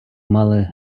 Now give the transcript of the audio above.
мали